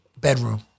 bedroom